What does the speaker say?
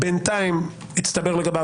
בינתיים הצטברו לגביו,